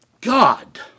God